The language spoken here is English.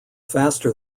faster